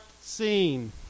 seen